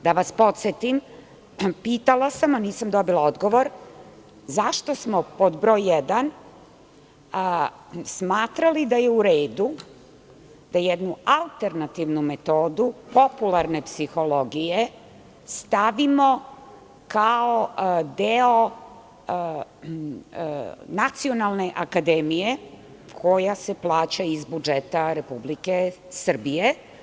Da vas podsetim, pitala sam, a nisam dobila odgovor – zašto smo, pod broj jedan, smatrali da je u redu da jednu alternativnu metodu popularne psihologije stavimo kao deo Nacionalne akademije koja se plaća iz budžeta Republike Srbije?